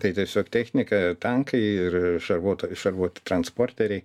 tai tiesiog technika tankai ir šarvuota šarvuoti transporteriai